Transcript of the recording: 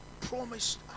promised